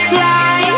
Fly